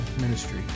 Ministry